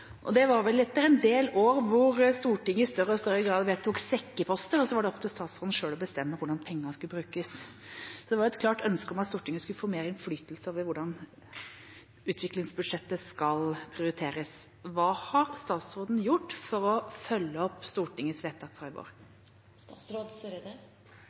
bistandspolitikken. Det var etter en del år hvor Stortinget i større og større grad vedtok sekkeposter, og det så var opp til statsråden å bestemme hvordan pengene skulle brukes. Det var et klart ønske om at Stortinget skulle få mer innflytelse over hvordan utviklingsbudsjettet skal prioriteres. Hva har statsråden gjort for å følge opp Stortingets vedtak fra